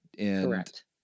Correct